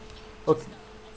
ok~